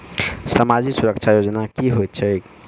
सामाजिक सुरक्षा योजना की होइत छैक?